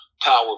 power